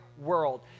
world